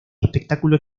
espectáculo